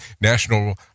National